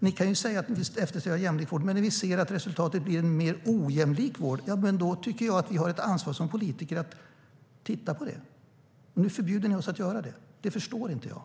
Ni kan visst säga att ni eftersträvar en jämlik vård, men när vi ser att resultatet blir en mer ojämlik vård tycker jag att vi politiker har ett ansvar att titta på det. Nu förbjuder ni oss att göra det. Det förstår inte jag.